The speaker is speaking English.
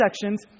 sections